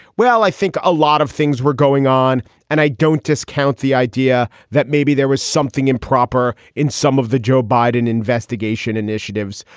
well, i think a lot of things were going on. and i don't discount the idea that maybe there was something improper in some of the joe biden investigation initiatives.